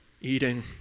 eating